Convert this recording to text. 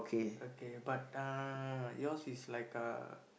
okay but uh yours is like uh